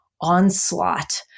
onslaught